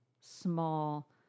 small